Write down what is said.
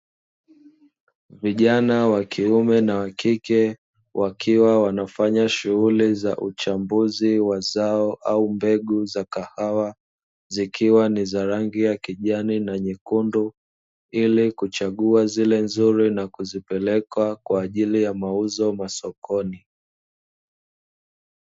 Vijana wa kiume na wa kike wakiwa wanafanya shughuli za uchambuzi wa zao au mbegu za kahawa zikiwa ni za rangi ya kijani na nyekundu, ili kuchagua zile nzuri na kuzipeleka kwa ajili ya mauzo masokoni.